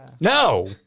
No